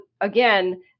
again